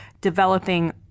developing